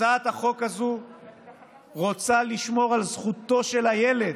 הצעת החוק הזאת רוצה לשמור על זכותו של הילד,